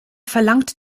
verlangt